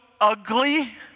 ugly